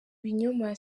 binyoma